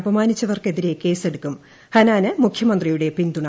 അപമാനിച്ചവർക്കെതിരെ കേസെടുക്കും ഹനാന് മുഖ്യമന്ത്രിയുടെ പിന്തുണ